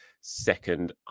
second